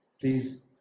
please